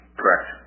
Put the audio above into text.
correct